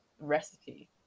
recipe